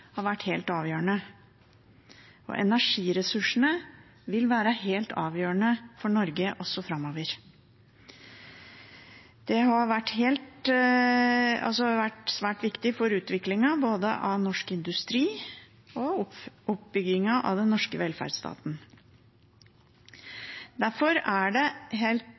har vært helt avgjørende, og energiressursene vil være helt avgjørende for Norge også framover. Det har vært svært viktig for utviklingen av både norsk industri og oppbyggingen av den norske velferdsstaten. Derfor er det